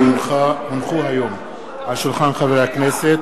כי הונחו היום על שולחן הכנסת,